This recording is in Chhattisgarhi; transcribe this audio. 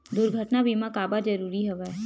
दुर्घटना बीमा काबर जरूरी हवय?